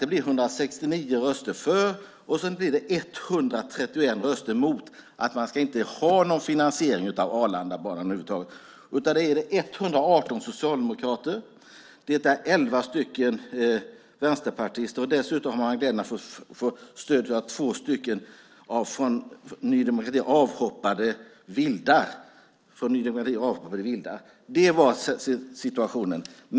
Det blir 169 röster för och 131 röster emot en finansiering av Arlandabanan. Det är 118 socialdemokrater. Det är elva vänsterpartister. Dessutom fick de stöd från två från Ny demokrati avhoppade vildar. Det var situationen.